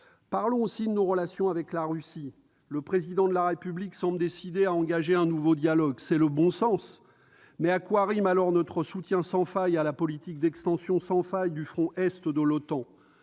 Parlons enfin de nos relations avec la Russie. Le Président de la République semble décidé à engager un nouveau dialogue. C'est le bon sens, mais à quoi rime alors notre soutien sans faille à la politique d'extension sans fin du front est de l'OTAN ?